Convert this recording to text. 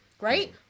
Right